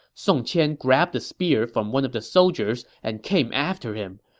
song qian grabbed a spear from one of the soldiers and came after him.